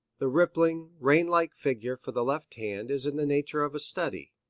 the rippling, rain-like figure for the left hand is in the nature of a study.